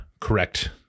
correct